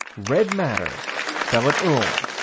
red matter fell at ulm,